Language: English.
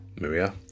Maria